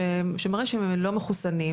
שמראה שלא מחוסנים,